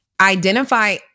Identify